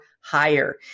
higher